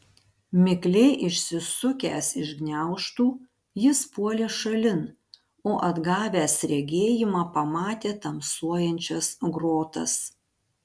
mikliai išsisukęs iš gniaužtų jis puolė šalin o atgavęs regėjimą pamatė tamsuojančias grotas